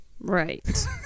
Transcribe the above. Right